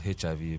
HIV